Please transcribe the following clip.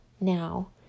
now